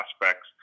prospects